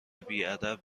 بیادب